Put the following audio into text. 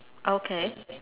okay